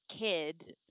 kid